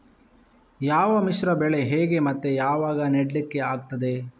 ಯಾವ ಮಿಶ್ರ ಬೆಳೆ ಹೇಗೆ ಮತ್ತೆ ಯಾವಾಗ ನೆಡ್ಲಿಕ್ಕೆ ಆಗ್ತದೆ?